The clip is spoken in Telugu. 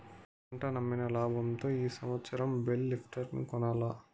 పంటమ్మిన లాబంతో ఈ సంవత్సరం బేల్ లిఫ్టర్ కొనాల్ల